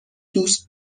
دوست